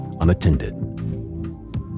unattended